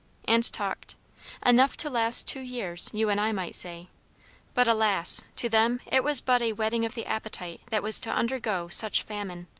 and talked enough to last two years, you and i might say but alas! to them it was but a whetting of the appetite that was to undergo such famine.